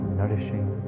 nourishing